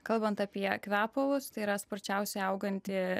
kalbant apie kvepalus tai yra sparčiausiai auganti